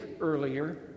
earlier